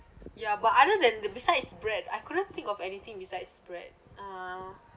ya but other than the besides bread I couldn't think of anything besides bread uh